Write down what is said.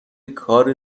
کار